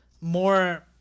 more